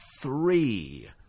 three